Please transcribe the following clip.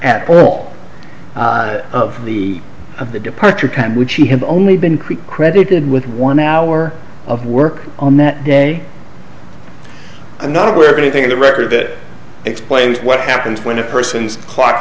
all of the of the departure time which she had only been creek credited with one hour of work on that day i'm not aware of anything in the record that explains what happens when a person's clock